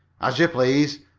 as you please,